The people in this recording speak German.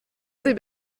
sie